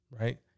Right